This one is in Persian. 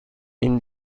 این